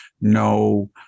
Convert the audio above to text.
No